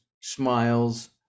smiles